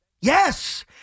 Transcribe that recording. Yes